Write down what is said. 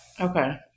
Okay